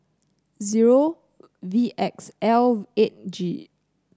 zero V X L eight G